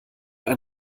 ein